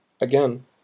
Again